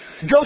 go